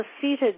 seated